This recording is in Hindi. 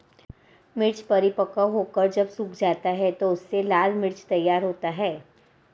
मिर्च परिपक्व होकर जब सूख जाता है तो उससे लाल मिर्च तैयार होता है